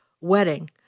wedding